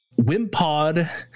Wimpod